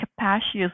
capacious